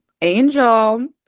Angel